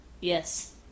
Yes